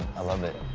i love it.